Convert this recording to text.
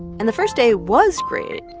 and the first day was great,